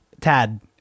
Tad